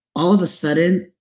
all of a sudden,